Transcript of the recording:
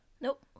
nope